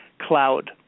cloud